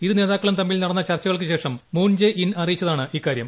ഇരുനേതാക്കളും തമ്മിൽ നടന്ന ചർച്ചകൾക്ക് ശേഷം മൂൺ ജേ ഇൻ അറിയിച്ചതാണ് ഇക്കാര്യം